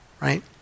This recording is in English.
right